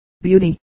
beauty